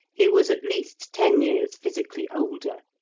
he was at least ten years physically older.